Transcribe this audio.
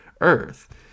earth